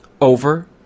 over